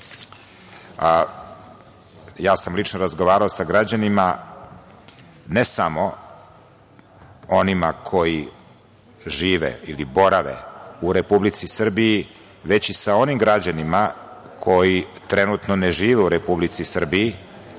ja sam lično razgovarao sa građanima ne samo onima koji žive ili borave u Republici Srbiji, već i sa onim građanima koji trenutno ne žive u Republici Srbiji,